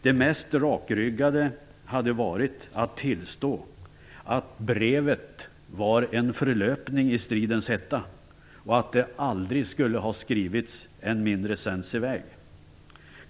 Det mest rakryggade hade varit att tillstå att brevet var en förlöpning i stridens hetta och att det aldrig skulle ha skrivits, än mindre ha sänts i väg.